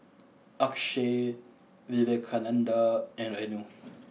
Akshay Vivekananda and Renu